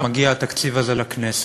התקציב הזה מגיע לכנסת.